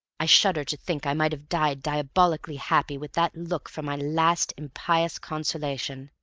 i shudder to think i might have died diabolically happy with that look for my last impious consolation.